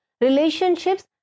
relationships